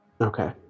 Okay